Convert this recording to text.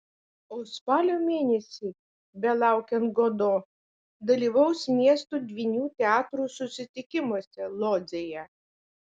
o spalio mėnesį belaukiant godo dalyvaus miestų dvynių teatrų susitikimuose lodzėje